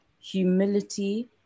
humility